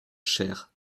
cher